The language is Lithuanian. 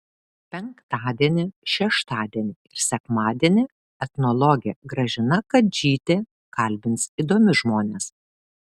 penktadienį šeštadienį ir sekmadienį etnologė gražina kadžytė kalbins įdomius žmones